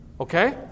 Okay